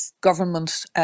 government